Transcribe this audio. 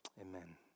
Amen